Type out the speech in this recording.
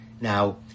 Now